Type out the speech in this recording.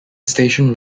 station